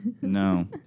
No